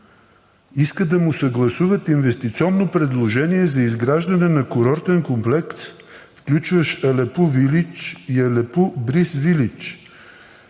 иска да му съгласуват инвестиционно предложение за изграждане на курортен комплекс, включващ „Алепу вилидж“ и „Алепу бриз вилидж“.